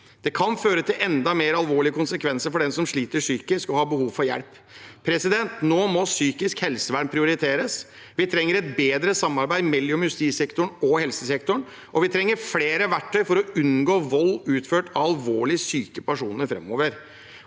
Det kan føre til enda mer alvorlige konsekvenser for dem som sliter psykisk og har behov for hjelp. Nå må psykisk helsevern prioriteres. Vi trenger et bedre samarbeid mellom justissektoren og helsesektoren, og vi trenger flere verktøy for å unngå vold utført av alvorlig syke personer framover.